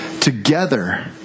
together